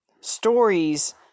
Stories